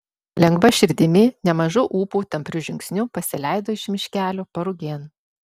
lengva širdimi nemažu ūpu tampriu žingsniu pasileido iš miškelio parugėn